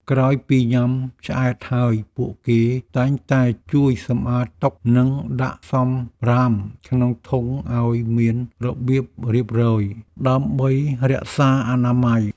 ក្រោយពីញ៉ាំឆ្អែតហើយពួកគេតែងតែជួយសម្អាតតុនិងដាក់សម្រាមក្នុងធុងឱ្យមានរបៀបរៀបរយដើម្បីរក្សាអនាម័យ។